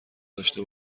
داشته